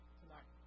tonight